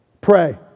Pray